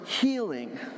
healing